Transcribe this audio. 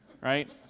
Right